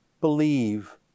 believe